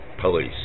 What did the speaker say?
Police